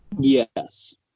Yes